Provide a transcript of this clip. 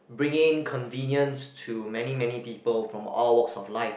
bringing convenience to many many people from all walks of life